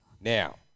now